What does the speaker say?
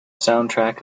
soundtrack